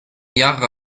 jahre